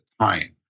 time